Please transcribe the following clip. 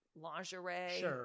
lingerie